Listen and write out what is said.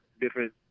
different